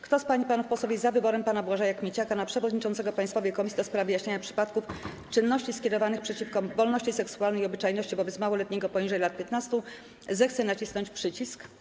Kto z pań i panów posłów jest za wyborem pana Błażeja Kmieciaka na przewodniczącego Państwowej Komisji do spraw wyjaśniania przypadków czynności skierowanych przeciwko wolności seksualnej i obyczajności wobec małoletniego poniżej lat 15, zechce nacisnąć przycisk.